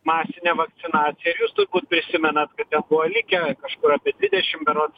masinę vakcinaciją ir jūs prisimenat buvo likę kažkur apie dvidešim berods